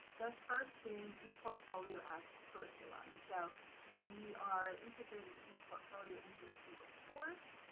the first being eportfolio as curriculum. so when we are integrating eportfolio into a single course,